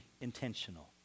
intentional